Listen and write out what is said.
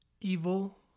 Evil